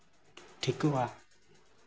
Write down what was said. ᱴᱷᱤᱠᱚᱜᱼᱟ